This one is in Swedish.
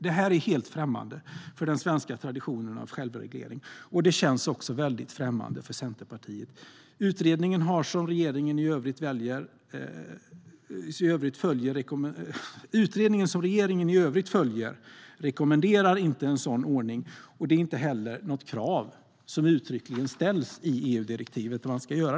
Detta är helt främmande för den svenska traditionen av självreglering, och det känns väldigt främmande för Centerpartiet. Utredningen, som regeringen i övrigt följer, rekommenderar inte en sådan ordning. Att man ska göra detta är inte heller ett krav som uttryckligen ställs i EU-direktivet.